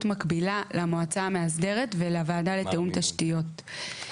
מקבילה למועצה המאסדרת ולוועדה לתיאום תשתיות.